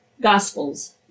Gospels